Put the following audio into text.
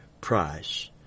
price